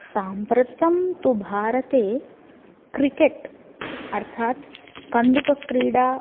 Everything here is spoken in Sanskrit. साम्प्रतं तु भारते क्रिकेट् अर्थात् कन्दुकक्रीडा